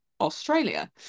Australia